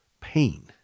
pain